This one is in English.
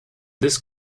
this